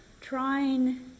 trying